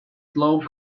slow